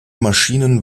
maschinen